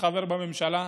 כחבר בממשלה: